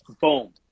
Boom